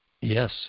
Yes